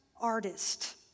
artist